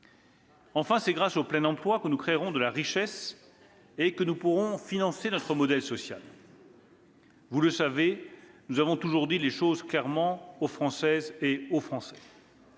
Enfin, c'est grâce au plein d'emploi que nous créerons de la richesse et que nous pourrons financer notre modèle social. « Vous le savez, nous avons toujours dit les choses clairement aux Françaises et aux Français.